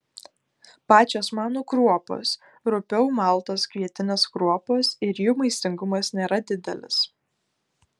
pačios manų kruopos rupiau maltos kvietinės kruopos ir jų maistingumas nėra didelis